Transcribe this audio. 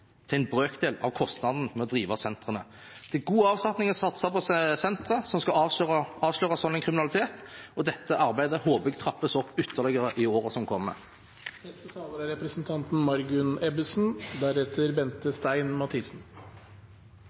til en brøkdel av kostnaden med å drive sentrene. Det er god avsetning å satse på sentre som skal avsløre sånn kriminalitet, og dette arbeidet håper jeg trappes opp ytterligere i årene som kommer.